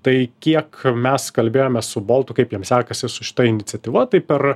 tai kiek mes kalbėjomės su boltu kaip jiem sekasi su šita iniciatyva tai per